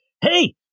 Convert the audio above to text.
Hey